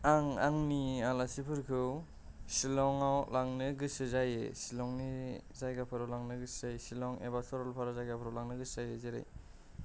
आं आंनि आलासिफोरखौ शिलङाव लांनो गोसो जायो शिलंनि जायगाफोराव लांनो गोसो जायो शिलं एबा सरलपारा जायगाफोराव लांनो गोसो जायो जेरै